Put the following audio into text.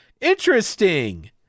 interesting